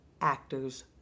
actors